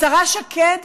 השרה שקד,